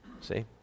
See